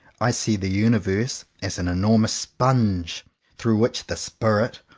i see the universe as an enormous sponge through which the spirit,